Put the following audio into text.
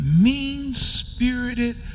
mean-spirited